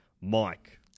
Mike